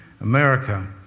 America